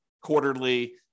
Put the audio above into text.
quarterly